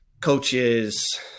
coaches